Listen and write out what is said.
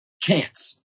chance